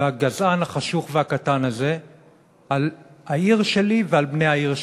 והגזען החשוך והקטן הזה על העיר שלי ועל בני העיר שלי: